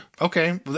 Okay